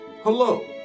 Hello